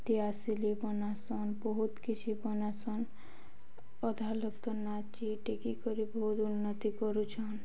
କିଏ ଆସିଲି ବନାସନ୍ ବହୁତ କିଛି ବନାସନ୍ ଅଧା ଲୁପତ ନାଚି ଟିକି କରି ବହୁତ ଉନ୍ନତି କରୁଛନ୍